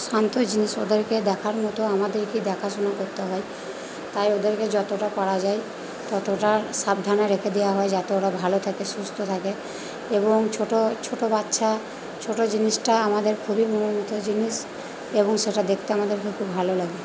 শান্ত জিনিস ওদেরকে দেখার মতো আমাদেরকে দেখাশোনা করতে হয় তাই ওদেরকে যতটা পারা যায় ততটা সাবধানে রেখে দেওয়া হয় যাতে ওরা ভালো থাকে সুস্থ থাকে এবং ছোটো ছোটো বাচ্চা ছোটো জিনিসটা আমাদের খুবই নিয়মিত জিনিস এবং সেটা দেখতে আমাদেরকে খুব ভালো লাগে